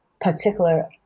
particular